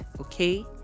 okay